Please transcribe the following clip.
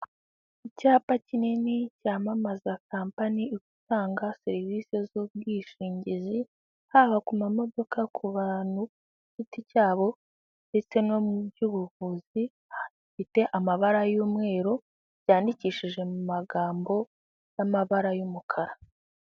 Icyapa kinini cyamamaza kampani itanga serivisi z'ubwishingizi, haba ku mamodoka, ku bantu ku giti cyabo, ndetse no mu by'ubuvuzi gifite amabara y'umweru yandikishije mu magambo n'amabara y'umukara.